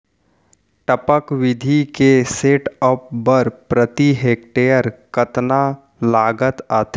टपक विधि के सेटअप बर प्रति हेक्टेयर कतना लागत आथे?